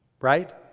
right